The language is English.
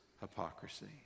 hypocrisy